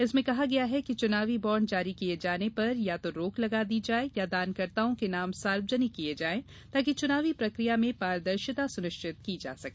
इसमें कहा गया है कि चुनावी बॉण्ड जारी किए जाने पर या तो रोक लगा दी जाए या दानकर्ताओं के नाम सार्वजनिक किए जाए ताकि चुनावी प्रक्रिया में पारदर्शिता सुनिश्चित की जा सके